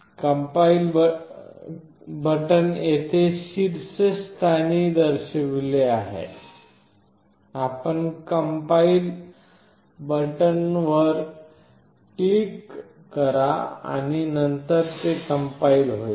compile button येथे शीर्षस्थानी दर्शविले आहे आपण कंपाईल बटणावर क्लिक करा आणि नंतर ते कंपाईल होईल